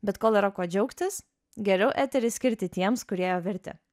bet kol yra kuo džiaugtis geriau eterį skirti tiems kurie jo verti